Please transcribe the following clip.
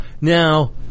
now